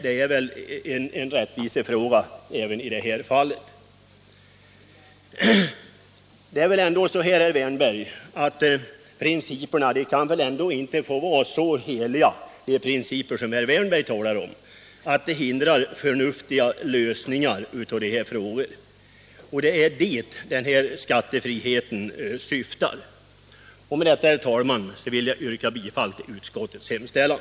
Det är då en rättvisefråga att den som äger skogen inte heller skall behöva skatta för det. De principer som herr Wärnberg talar om kan väl ändå inte få vara så heliga att de hindrar förnuftiga lösningar av dessa frågor. Det är till det det här förslaget om skattefrihet syftar. Med detta, herr talman, yrkar jag bifall till utskottets hemställan.